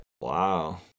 Wow